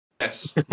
Yes